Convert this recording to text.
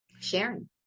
sharing